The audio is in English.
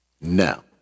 Now